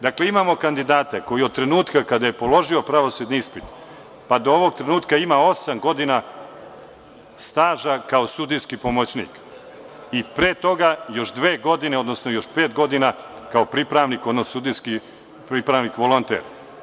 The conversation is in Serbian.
Dakle, imamo kandidata koji od trenutka kada je položio pravosudni ispit, pa do ovog trenutka ima osam godina staža kao sudijski pomoćnik i pre toga još dve godine, odnosno još pet godina kao pripravnik odnosno sudijski pripravnik, volonter.